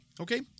Okay